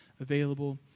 available